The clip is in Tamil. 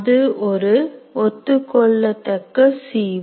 அது ஒரு ஒத்துக்கொள்ளத்தக்க சி ஓ